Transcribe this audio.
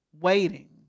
waiting